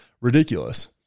ridiculous